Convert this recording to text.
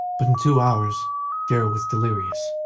but in two hours darrell was delirious.